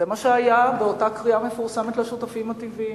זה מה שהיה באותה קריאה מפורסמת לשותפים הטבעיים.